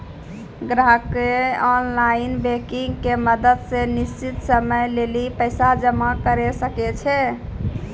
ग्राहकें online banking के मदत से निश्चित समय लेली पैसा जमा करै सकै छै